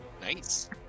Nice